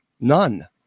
None